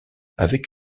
avec